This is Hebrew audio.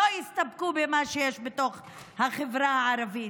ולא יסתפקו במה שיש בתוך החברה הערבית.